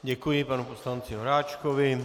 Děkuji panu poslanci Horáčkovi.